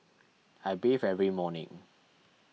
I bathe every morning